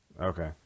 Okay